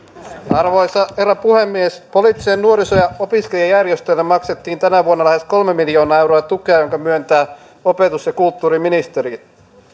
arvoisa herra puhemies poliittisille nuoriso ja opiskelijajärjestöille maksettiin tänä vuonna lähes kolme miljoonaa euroa tukea jonka myöntää opetus ja kulttuuriministeri